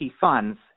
funds